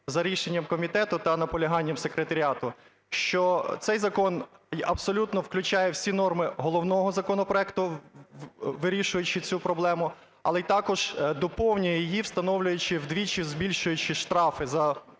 за рішенням комітету та наполяганням секретаріату, що цей закон абсолютно включає всі норми головного законопроекту, вирішуючи цю проблему, але й також доповнює його, встановлюючи… вдвічі збільшуючи штрафи за кримінальну